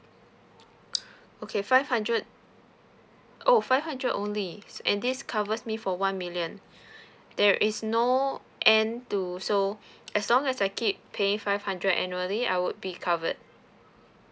okay five hundred oh five hundred only and this covers me for one million there is no end to so as long as I keep pay five hundred annually I would be covered